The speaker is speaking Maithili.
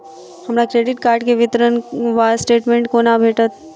हमरा क्रेडिट कार्ड केँ विवरण वा स्टेटमेंट कोना भेटत?